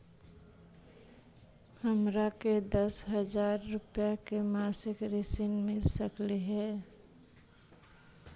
हमरा के दस हजार रुपया के मासिक ऋण मिल सकली हे?